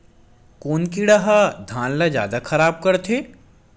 कोन कीड़ा ह धान ल जादा खराब करथे?